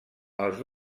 els